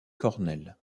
cornell